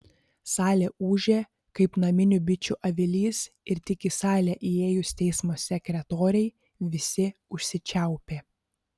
salė ūžė kaip naminių bičių avilys ir tik į salę įėjus teismo sekretorei visi užsičiaupė